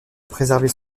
préserver